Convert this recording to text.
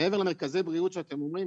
מעבר למרכזי בריאות שאתם אומרים,